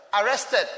Arrested